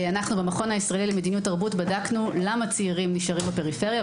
אנחנו במכון הישראלי למדיניות תרבות בדקנו למה צעירים נשארים בפריפריה,